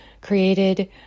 created